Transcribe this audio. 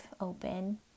open